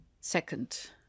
Second